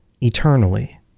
eternally